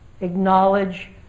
acknowledge